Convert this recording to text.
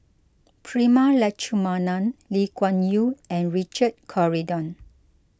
Prema Letchumanan Lee Kuan Yew and Richard Corridon